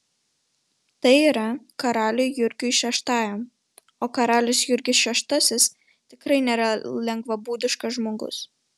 tai yra karaliui jurgiui šeštajam o karalius jurgis šeštasis tikrai nėra lengvabūdiškas žmogus